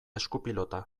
eskupilota